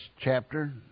chapter